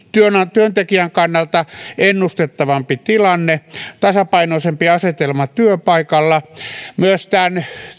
työntekijän kannalta ennustettavampi tilanne tasapainoisempi asetelma työpaikalla myös tämän